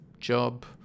job